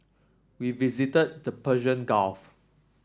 we visited the Persian Gulf